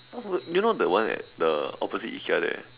do you know the one at the opposite IKEA there